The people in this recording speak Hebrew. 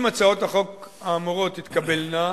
אם הצעות החוק האמורות תתקבלנה,